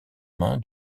main